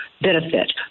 benefit